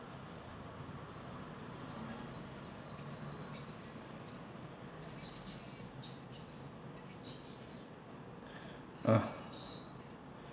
ah